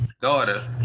Daughter